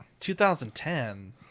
2010